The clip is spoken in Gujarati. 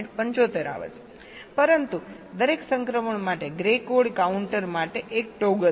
75 આવે છે પરંતુ દરેક સંક્રમણ માટે ગ્રે કોડ કાઉન્ટર માટે એક ટોગલ છે